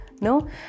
No